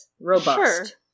Robust